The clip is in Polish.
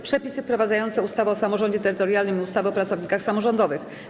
Przepisy wprowadzające ustawę o samorządzie terytorialnym i ustawę o pracownikach samorządowych.